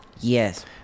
Yes